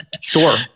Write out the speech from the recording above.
Sure